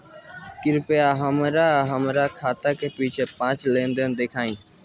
कृपया हमरा हमार खाते से पिछले पांच लेन देन दिखाइ